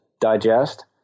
digest